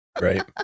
right